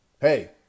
Hey